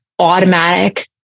automatic